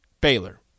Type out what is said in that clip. Baylor